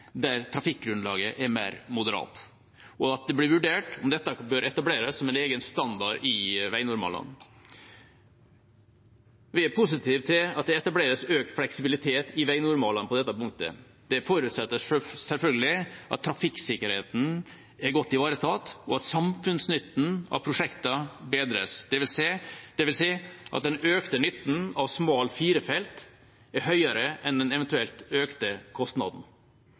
der trafikkgrunnlaget er mer moderat, og at det blir vurdert om dette bør etableres som en egen standard i veinormalene. Vi er positive til at det etableres økt fleksibilitet i veinormalene på dette punktet. Det forutsetter selvfølgelig at trafikksikkerheten er godt ivaretatt, og at samfunnsnytten av prosjektene bedres, det vil si at den økte nytten av smal firefeltsvei er høyere enn den eventuelt økte kostnaden.